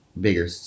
bigger